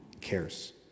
cares